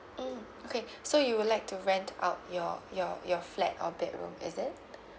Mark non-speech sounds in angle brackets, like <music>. mm okay <breath> so you will like to rent out your your your flat or bedroom is it